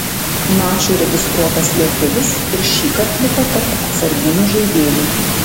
mačui registruotas lietuvis ir šįkart liko tarp atsarginių žaidėjų